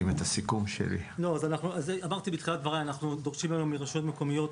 אנחנו דורשים היום מרשויות מקומיות